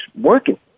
working